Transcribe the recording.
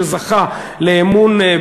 שזכה לאמון,